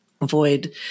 Avoid